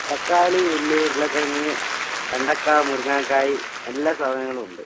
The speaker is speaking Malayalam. തക്കാളി ഉള്ളി ഉരുളക്കിഴങ്ങ് വെണ്ടയ്ക്ക മുരിങ്ങാക്കായി എല്ലാ സാധനങ്ങളും ഉണ്ട്